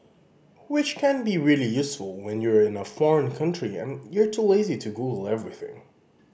which can be really useful when you're in a foreign country and you're too lazy to Google everything